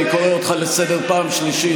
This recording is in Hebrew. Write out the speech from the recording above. אני קורא אותך לסדר פעם שלישית.